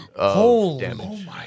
Holy